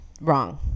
wrong